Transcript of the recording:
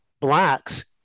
blacks